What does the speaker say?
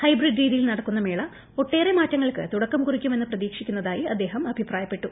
hybrid രീതിയിൽ നടക്കുന്ന മേള ഒട്ടേറെ മാറ്റങ്ങൾക്ക് തുടക്കംകുറിക്കുമെന്ന് പ്രതീക്ഷിക്കുന്നതായി അദ്ദേഹം അഭിപ്രായപ്പെട്ടു